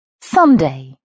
Sunday